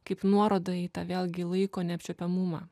kaip nuoroda į tą vėlgi laiko neapčiuopiamumą